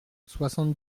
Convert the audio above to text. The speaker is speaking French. soixante